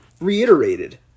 reiterated